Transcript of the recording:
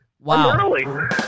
Wow